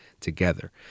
together